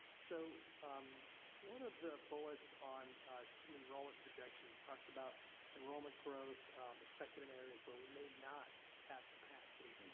so one of the bullets on student enrollment projections, talks about enrollment growth expected in areas where we may not have capacity.